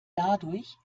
dadurch